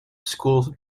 school